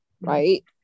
right